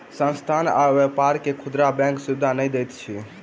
संस्थान आ व्यापार के खुदरा बैंक सुविधा नै दैत अछि